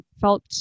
felt